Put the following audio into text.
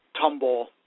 tumble